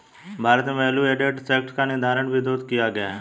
भारत में value added tax का विरोध किया गया